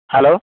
hello